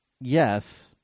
Yes